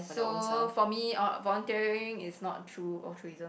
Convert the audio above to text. so for me uh volunteering is not true altruism